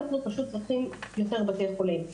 אנחנו פשוט צריכים יותר בתי חולים.